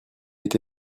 été